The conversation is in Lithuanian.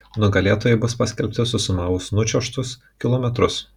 nugalėtojai bus paskelbti susumavus nučiuožtus kilometrus